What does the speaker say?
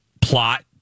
plot